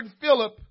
Philip